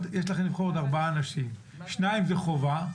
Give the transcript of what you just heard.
לבחור עוד ארבעה אנשים, שניים זה חובה,